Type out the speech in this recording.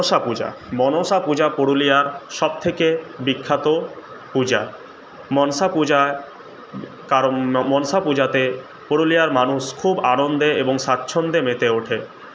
মনসাপূজা মনসাপূজা পুরুলিয়ার সবথেকে বিখ্যাত পূজা মনসাপূজা কারণ মনসাপূজাতে পুরুলিয়ার মানুষ খুব আনন্দে এবং স্বাচ্ছন্দ্যে মেতে ওঠে